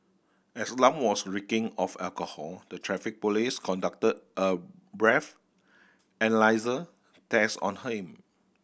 as Lam was reeking of alcohol the Traffic Police conducted a breathalyser test on him